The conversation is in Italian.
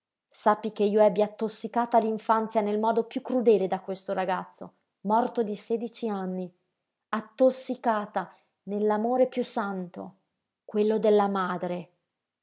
sappi che io ebbi attossicata l'infanzia nel modo piú crudele da questo ragazzo morto di sedici anni attossicata nell'amore piú santo quello della madre